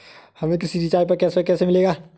हमें किसी रिचार्ज पर कैशबैक कैसे मिलेगा?